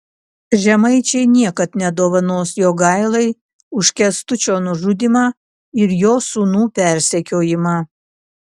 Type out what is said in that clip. žemaičiai niekad nedovanos jogailai už kęstučio nužudymą ir jo sūnų persekiojimą